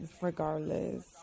regardless